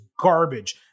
garbage